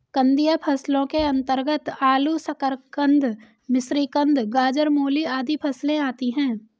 कंदीय फसलों के अंतर्गत आलू, शकरकंद, मिश्रीकंद, गाजर, मूली आदि फसलें आती हैं